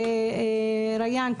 ריאן,